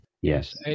Yes